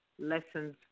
lessons